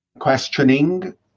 questioning